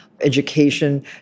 education